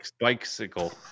Bicycle